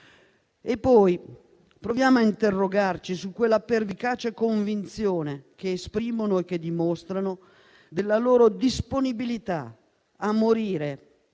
forza. Proviamo poi a interrogarci su quella pervicace convinzione che esprimono e dimostrano della loro disponibilità a morire,